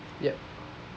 yup